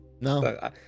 No